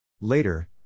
Later